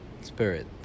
spirit